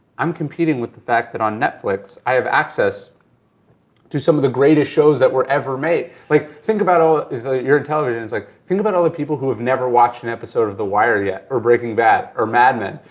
i'm competing with the fact that on netflix, i have access to some of the greatest shows that were ever made. like think about all that is ah your television, it's like think about all the people that have never watched an episode of the wire yet, or breaking bad, or madmen.